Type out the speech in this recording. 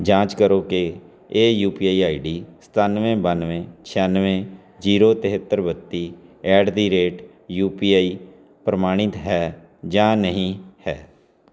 ਜਾਂਚ ਕਰੋ ਕਿ ਇਹ U P I I D ਸਤਾਨਵੇਂ ਬਾਨਵੇਂ ਛਿਆਨਵੇਂ ਜੀਰੋ ਤੇਹੱਤਰ ਬੱਤੀ at the rate U P I ਪ੍ਰਮਾਣਿਤ ਹੈ ਜਾਂ ਨਹੀਂ ਹੈ